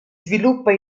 sviluppa